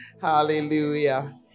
Hallelujah